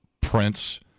Prince